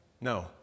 No